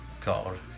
called